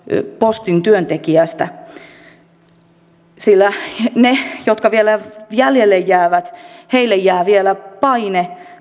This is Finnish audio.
postin työntekijää sillä heille jotka vielä jäljelle jäävät jää vielä paine